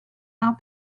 out